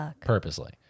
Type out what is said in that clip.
Purposely